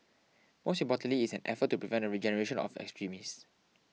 most importantly it's an effort to prevent a regeneration of extremists